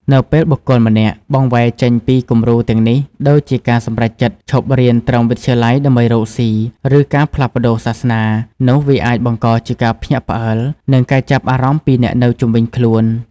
នៅពេលបុគ្គលម្នាក់ បង្វែរចេញពីគំរូទាំងនេះ ដូចជាការសម្រេចចិត្តឈប់រៀនត្រឹមវិទ្យាល័យដើម្បីរកស៊ី, ឬការផ្លាស់ប្តូរសាសនា នោះវាអាចបង្កជាការភ្ញាក់ផ្អើល និងការចាប់អារម្មណ៍ពីអ្នកនៅជុំវិញខ្លួន។